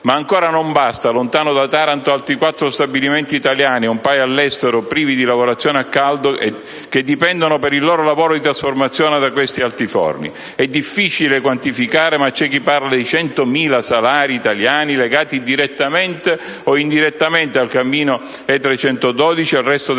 Ma ancora non basta, lontano da Taranto ci sono altri quattro stabilimenti italiani e un paio all'estero, privi di lavorazioni a caldo, che dipendono per il loro lavoro di trasformazione da questi altiforni. È difficile quantificare, ma c'è chi parla di 100.000 salari italiani legati direttamente o indirettamente al cammino E312 e al resto della